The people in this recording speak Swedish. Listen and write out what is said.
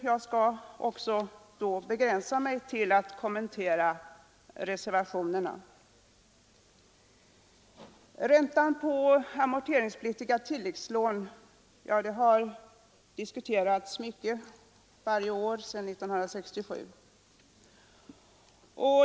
Jag skall begränsa mig till att kommentera reservationerna. Räntan på amorteringspliktiga tilläggslån har diskuterats varje år sedan 1967.